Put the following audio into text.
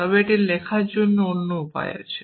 তবে এটি লেখার অন্য উপায় আছে